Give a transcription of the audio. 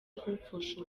kuwupfusha